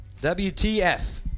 WTF